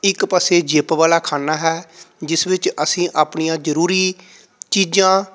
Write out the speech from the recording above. ਇੱਕ ਪਾਸੇ ਜਿਪ ਵਾਲਾ ਖਾਨਾ ਹੈ ਜਿਸ ਵਿੱਚ ਅਸੀਂ ਆਪਣੀਆਂ ਜ਼ਰੂਰੀ ਚੀਜ਼ਾਂ